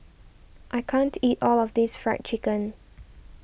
I can't eat all of this Fried Chicken